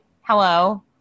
Hello